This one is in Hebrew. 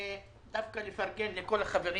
דווקא לפרגן לכל החברים